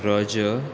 रजत